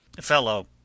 Fellow